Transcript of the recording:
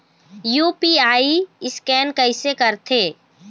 UPI scan कइसे करथे?